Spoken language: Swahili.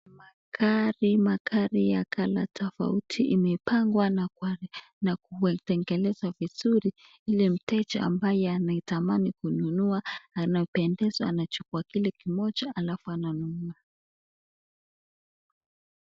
Magari, magari ya colour tofauti imepangwa na kutengenezwa vizuri ile mteja ambaye anaitamani kununua anapendezwa anachukua kile kimoja, alafu ananunua.